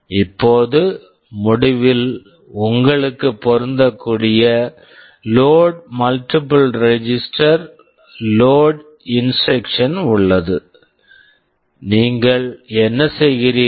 இப்போது முடிவில் உங்களுக்கு பொருந்தக்கூடிய load multiple register load instruction load multiple register load instruction உள்ளது நீங்கள் என்ன செய்கிறீர்கள்